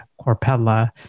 Corpella